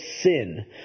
sin